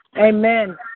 Amen